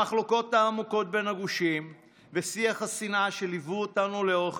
המחלוקות העמוקות בין הגושים ושיח השנאה שליוו אותנו לאורך